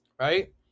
Right